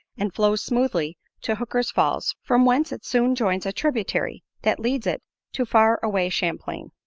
and flows smoothly to hooker's falls, from whence it soon joins a tributary that leads it to far away champlain.